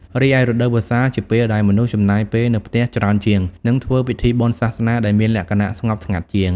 រីឯរដូវវស្សាជាពេលដែលមនុស្សចំណាយពេលនៅផ្ទះច្រើនជាង និងធ្វើពិធីបុណ្យសាសនាដែលមានលក្ខណៈស្ងប់ស្ងាត់ជាង។